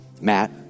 Matt